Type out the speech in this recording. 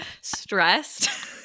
stressed